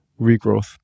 regrowth